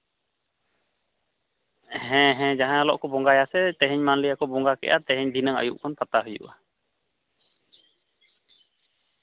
ᱦᱮᱸ ᱦᱮᱸ ᱡᱟᱦᱟᱸ ᱦᱤᱞᱳᱜ ᱠᱚ ᱵᱚᱸᱜᱟᱭᱟ ᱥᱮ ᱛᱮᱦᱮᱧ ᱢᱟᱱᱞᱮᱭᱟ ᱠᱚ ᱵᱚᱸᱜᱟ ᱠᱮᱜᱼᱟ ᱛᱮᱦᱮᱧ ᱫᱷᱤᱱᱟᱹᱝ ᱟᱭᱩᱵᱽ ᱠᱷᱚᱱ ᱯᱟᱛᱟ ᱦᱩᱭᱩᱜᱼᱟ